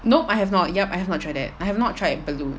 nope I have not yup I have not tried that I have not tried balloon